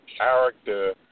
character